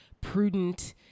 prudent